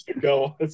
go